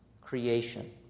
creation